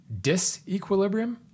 disequilibrium